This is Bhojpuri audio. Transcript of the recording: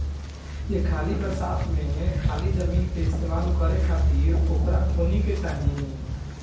ए बरिस बरसात में खाली जमीन के इस्तेमाल करे खातिर पोखरा खोने के चाही